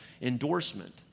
endorsement